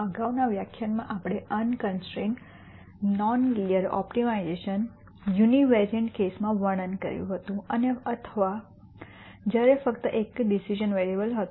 અગાઉના વ્યાખ્યાનમાં આપણે unconstrained non linear optimization univariate case માં વર્ણન કર્યું હતું અથવા જ્યારે ફક્ત એક ડિસિઝન વેરીએબલ હતો